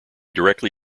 directly